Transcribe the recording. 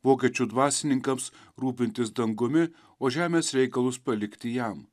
vokiečių dvasininkams rūpintis dangumi o žemės reikalus palikti jam